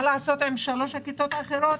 מה יעשו עם שלוש הכיתות החסרות?